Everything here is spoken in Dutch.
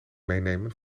meenemen